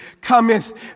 cometh